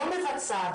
לא מבצעת,